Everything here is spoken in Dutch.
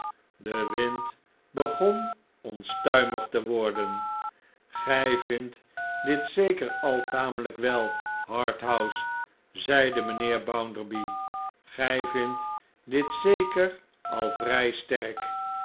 de wind begon onstuimig te worden g-ij vindt dit zeker al tamelijk wel harthouse zeide mynheer bounderby gij vindt dit zeker al vrij sterk